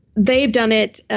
they've done it.